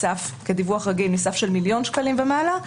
כדיווח רגיל מסף של מיליון שקלים ומעלה,